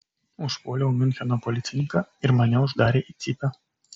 užpuoliau miuncheno policininką ir mane uždarė į cypę